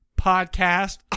podcast